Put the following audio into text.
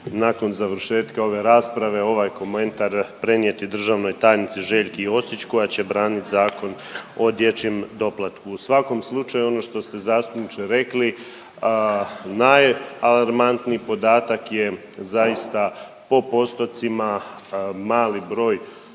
nakon završetka ove rasprave ovaj komentar prenijeti državnoj tajnici Željki Josić koja će branit Zakon o dječjem doplatku. U svakom slučaju ono što ste zastupniče rekli najalarmantniji podatak je zaista po postocima mali broj